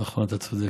נכון, אתה צודק.